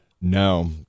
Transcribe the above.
No